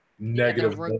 Negative